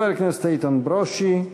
חבר הכנסת איתן ברושי.